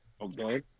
Okay